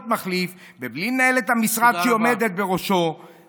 מחליף ובלי לנהל את המשרד שהיא עומדת בראשו" תודה רבה.